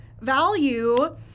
value